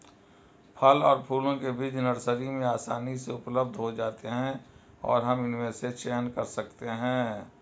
फल और फूलों के बीज नर्सरी में आसानी से उपलब्ध हो जाते हैं और हम इनमें से चयन कर सकते हैं